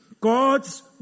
God's